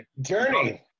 Journey